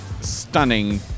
stunning